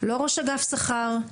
לא ראש אגף שכר,